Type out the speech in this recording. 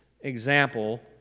example